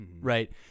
right